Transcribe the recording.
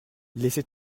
laissez